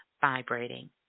vibrating